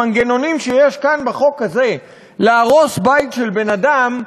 המנגנונים שיש כאן בחוק הזה להרוס בית של בן-אדם,